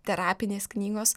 terapinės knygos